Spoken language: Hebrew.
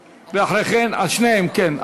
ואחרי, על שתיהן, כן.